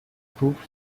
proof